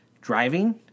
driving